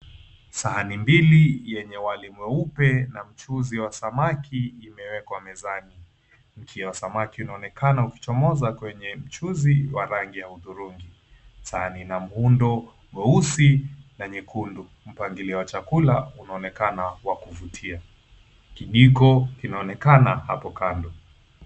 Sahani mbili yenye wali mweupe na mchuzi wa samaki imewekwa mezani. Mkia wa samaki unaonekana ukichomoza kwenye mchuzi wa rangi ya hudhurungi. Sahani ina muundo mweusi na nyekundu. Mpangilio wa chakula unaonekana wa kuvutia. Kijiko kinaonekana hapo kando.